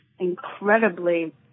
incredibly